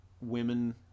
women